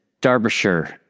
Derbyshire